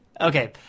okay